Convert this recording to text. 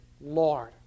Lord